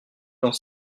dans